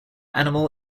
animal